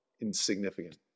insignificant